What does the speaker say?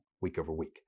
week-over-week